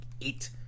eight